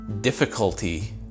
difficulty